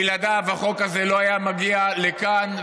בלעדיו החוק הזה לא היה מגיע לכאן,